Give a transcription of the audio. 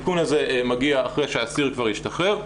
העדכון הזה מגיע אחרי שהאסיר כבר השתחרר.